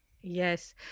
Yes